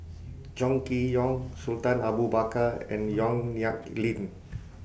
Chong Kee Hiong Sultan Abu Bakar and Yong Nyuk Lin